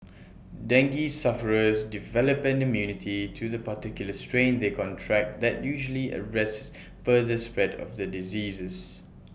dengue sufferers develop an immunity to the particular strain they contract that usually arrests further spread of the diseases